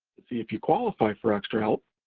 to see if you qualify for extra help,